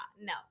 no